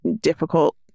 difficult